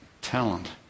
talent